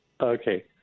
Okay